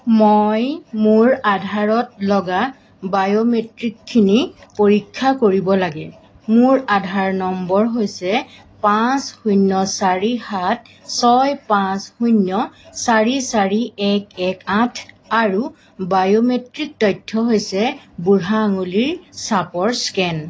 মই মোৰ আধাৰত লগা বায়'মেট্ৰিকখিনি পৰীক্ষা কৰিব লাগে মোৰ আধাৰ নম্বৰ হৈছে পাঁচ শূন্য চাৰি সাত ছয় পাঁচ শূন্য চাৰি চাৰি এক এক আঠ আৰু বায়'মেট্ৰিক তথ্য হৈছে বুঢ়া আঙুলিৰ ছাপৰ স্কেন